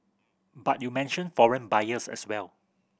but you mentioned foreign buyers as well